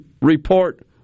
report